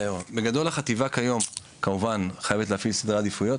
החטיבה כיום כמובן חייבת להפעיל סדרי עדיפויות,